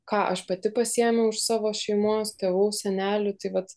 ką aš pati pasiėmiau iš savo šeimos tėvų senelių tai vat